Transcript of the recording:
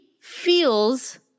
feels